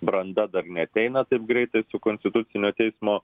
branda dar neateina taip greitai su konstitucinio teismo